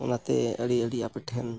ᱚᱱᱟᱛᱮ ᱟᱹᱰᱤ ᱟᱹᱰᱤ ᱟᱯᱮᱴᱷᱮᱱ